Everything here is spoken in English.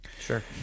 Sure